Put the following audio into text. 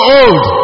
old